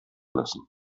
lassen